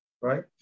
right